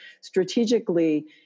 strategically